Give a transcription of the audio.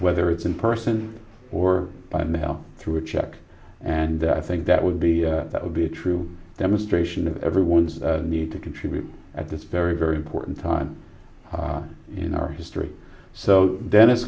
whether it's in person or by now through a check and i think that would be that would be a true demonstration of everyone's need to contribute at this very very important time in our history so dennis